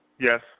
Yes